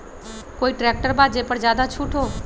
कोइ ट्रैक्टर बा जे पर ज्यादा छूट हो?